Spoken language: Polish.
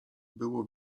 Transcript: było